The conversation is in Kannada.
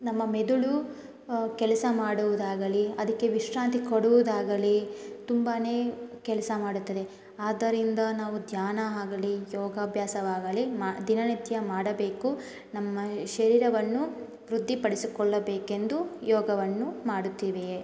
ನಮ್ಮ ಮೆದುಳು ಕೆಲಸ ಮಾಡುವುದಾಗಲೀ ಅದಕ್ಕೆ ವಿಶ್ರಾಂತಿ ಕೊಡುವುದಾಗಲೀ ತುಂಬಾ ಕೆಲಸ ಮಾಡುತ್ತದೆ ಆದ್ದರಿಂದ ನಾವು ಧ್ಯಾನ ಆಗಲೀ ಯೋಗಾಭ್ಯಾಸವಾಗಲೀ ಮಾ ದಿನನಿತ್ಯ ಮಾಡಬೇಕು ನಮ್ಮ ಶರೀರವನ್ನು ವೃದ್ಧಿಪಡಿಸಿಕೊಳ್ಳಬೇಕೆಂದು ಯೋಗವನ್ನು ಮಾಡುತ್ತೀವಿಯೇ